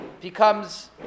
becomes